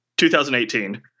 2018